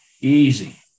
easy